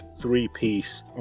three-piece